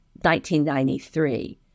1993